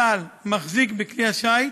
צה"ל מחזיק בכלי השיט